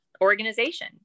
Organization